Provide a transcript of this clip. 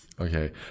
Okay